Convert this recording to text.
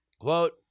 Quote